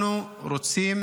אנחנו רוצים